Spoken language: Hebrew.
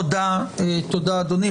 תודה, אדוני.